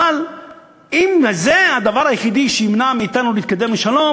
אבל אם זה הדבר היחידי שימנע מאתנו להתקדם לשלום,